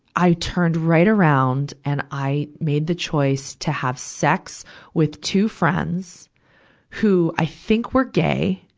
i turned right around and i made the choice to have sex with two friends who, i think, were gay.